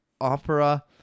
opera